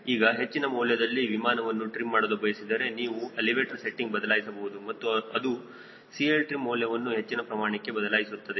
ಈಗ ಹೆಚ್ಚಿನ ಮೌಲ್ಯದಲ್ಲಿ ವಿಮಾನವನ್ನು ಟ್ರಿಮ್ ಮಾಡಲು ಬಯಸಿದರೆ ನೀವು ಎಲಿವೇಟರ್ ಸೆಟ್ಟಿಂಗ್ ಬದಲಾಯಿಸಬಹುದು ಮತ್ತು ಅದು CLtrim ಮೌಲ್ಯವನ್ನು ಹೆಚ್ಚಿನ ಪ್ರಮಾಣಕ್ಕೆ ಬದಲಾಯಿಸುತ್ತದೆ